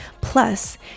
Plus